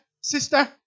sister